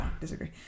Disagree